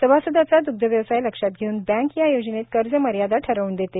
सभासदाचा द्ग्धव्यवसाय लक्षात घेवून बँक या योजनेत कर्ज मर्यादा ठरवून देते